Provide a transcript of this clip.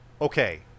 okay